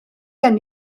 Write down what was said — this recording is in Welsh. gen